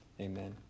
amen